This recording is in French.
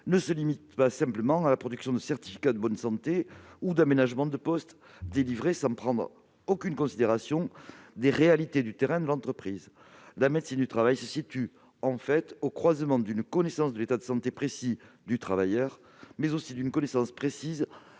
ne se limitent pas à la production de certificats de bonne santé ou d'aménagements de poste délivrés sans prendre aucune considération des réalités du terrain et de l'entreprise. La médecine du travail se situe au croisement d'une connaissance précise de l'état de santé du travailleur et des environnements